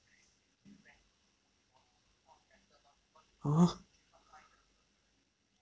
!huh!